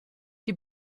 die